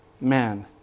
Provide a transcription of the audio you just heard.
man